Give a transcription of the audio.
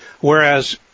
Whereas